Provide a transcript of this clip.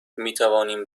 میتوانیم